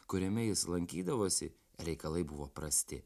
kuriame jis lankydavosi reikalai buvo prasti